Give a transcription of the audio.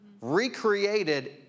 Recreated